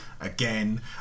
again